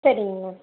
சரிங்க மேம்